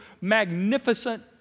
magnificent